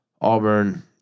Auburn